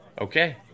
Okay